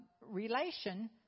relation